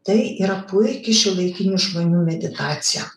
tai yra puiki šiuolaikinių žmonių meditacija